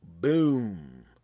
boom